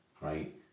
right